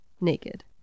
naked